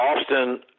Austin